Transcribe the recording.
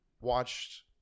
watched